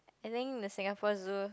I think the Singapore Zoo